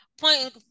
point